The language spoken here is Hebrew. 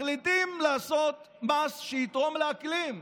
מחליטים לעשות מס שיתרום לאקלים,